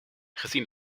gezien